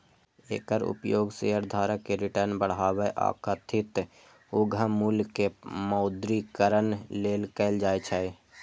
एकर उपयोग शेयरधारक के रिटर्न बढ़ाबै आ कथित उद्यम मूल्य के मौद्रीकरण लेल कैल जाइ छै